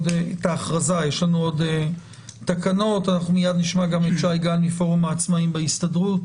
אנחנו מיד נשמע גם את שי גל מפורום העצמאים בהסתדרות.